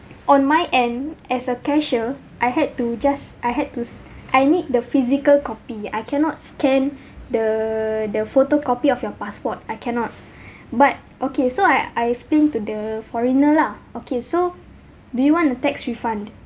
on my end as a cashier I had to just I had to s~ I need the physical copy I cannot scan the the photocopy of your passport I cannot but okay so I I explain to the foreigner lah okay so do you want the tax refund